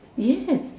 yes